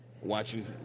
watching